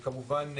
כמובן,